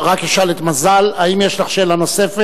רק אשאל את מזל, האם יש לך שאלה נוספת?